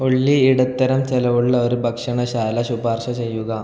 ഒല്ലി ഇടത്തരം ചെലവുള്ള ഒരു ഭക്ഷണശാല ശുപാർശ ചെയ്യുക